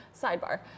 sidebar